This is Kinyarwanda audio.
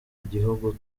igihugu